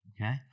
okay